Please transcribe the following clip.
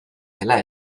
dela